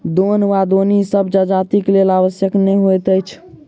दौन वा दौनी सभ जजातिक लेल आवश्यक नै होइत अछि